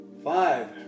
Five